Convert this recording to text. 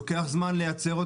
לוקח זמן לייצר אותן,